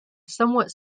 somewhat